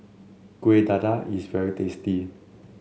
Kueh Dadar is very tasty